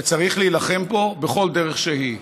וצריך להילחם בו בכל דרך שהיא.